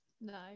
no